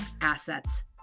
assets